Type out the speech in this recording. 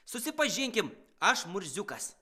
susipažinkim aš murziukas